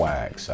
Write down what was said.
Wax